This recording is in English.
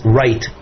right